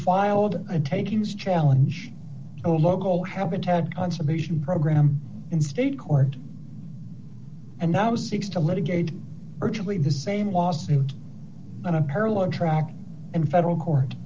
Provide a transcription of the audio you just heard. filed a takings challenge a local habitat conservation program in state court and that was six to litigate virtually the same lawsuit and a parallel track in federal court